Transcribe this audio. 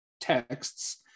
texts